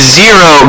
zero